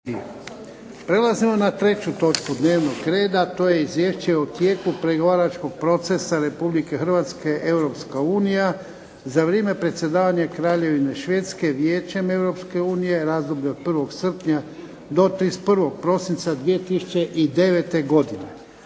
Prelazimo na 3. točku dnevnog reda, a to je - Izvješće o tijeku pregovaračkog procesa Republike Hrvatske - Europska unija za vrijeme predsjedavanja Kraljevine Švedske Vijećem Europske unije (razdoblje od 1. srpnja do 31. prosinca 2009. godine)